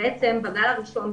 בעצם בגל הראשון,